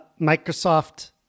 Microsoft